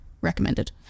recommended